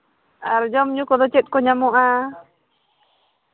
ᱟᱨ ᱡᱚᱢᱼᱧᱩ ᱠᱚᱫᱚ ᱪᱮᱫ ᱠᱚ ᱧᱟᱢᱚᱜᱼᱟ